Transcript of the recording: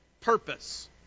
purpose